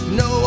no